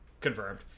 confirmed